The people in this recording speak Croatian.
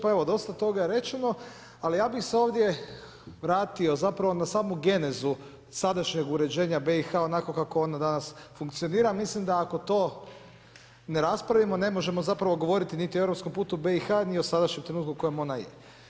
Pa evo dosta toga je rečeno, ali ja bih se ovdje vratio zapravo na samu genezu sadašnjeg uređenja BiH onako kako ona danas funkcionira, mislim da ako to ne raspravimo ne možemo zapravo govoriti niti o europskom putu BiH, niti o sadašnjem trenutku u kojem ona je.